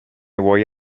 vuoi